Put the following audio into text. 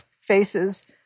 faces